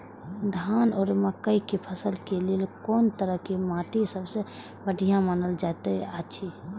धान आ मक्का के फसल के लेल कुन तरह के माटी सबसे बढ़िया मानल जाऐत अछि?